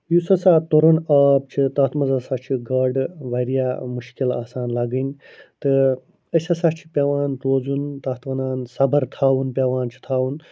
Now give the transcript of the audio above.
یُس ہَسا تُرُن آب چھُ تتھ مَنز ہَسا چھ گاڈٕ واریاہ مُشکِل آسان لَگٕنۍ تہٕ اسہ ہَسا چھُ پیٚوان روزُن تتھ وَنان صبر تھاوُن پیٚوان چھُ تھاوُن